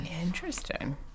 Interesting